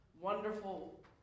wonderful